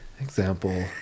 example